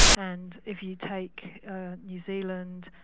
and if you take new zealand,